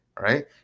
right